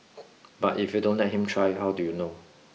but if you don't let him try how do you know